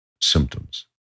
symptoms